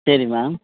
சரி மேம்